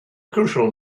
crucial